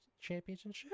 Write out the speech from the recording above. championship